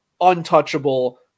untouchable